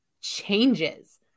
changes